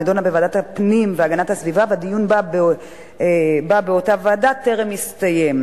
נדונה בוועדת הפנים והגנת הסביבה והדיון בה באותה ועדה טרם הסתיים.